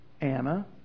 Anna